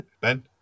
Ben